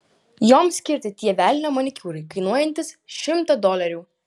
joms skirti tie velnio manikiūrai kainuojantys šimtą dolerių